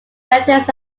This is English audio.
letters